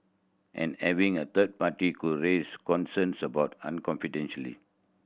and having a third party could raise concerns about an confidentiality